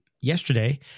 yesterday